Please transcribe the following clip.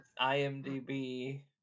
IMDb